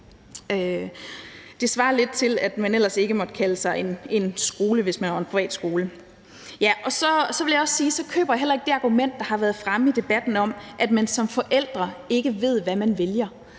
Det svarer lidt til, at man ikke måtte kalde sig en skole, hvis man var en privatskole. Så vil jeg også sige, at jeg heller ikke køber det argument, der har været fremme i debatten, om, at man som forældre ikke ved, hvad man vælger.